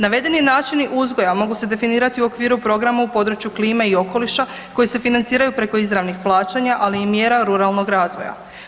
Navedeni načini uzgoja mogu se definirati u okviru programa u području klime i okoliša koji se financiraju preko izravnih plaćanja, ali i mjera ruralnog razvoja.